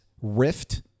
rift